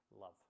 love